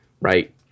right